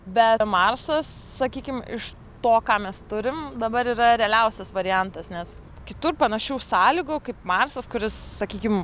bet marsas sakykim iš to ką mes turim dabar yra realiausias variantas nes kitur panašių sąlygų kaip marsas kuris sakykim